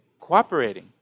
cooperating